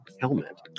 helmet